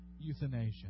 euthanasia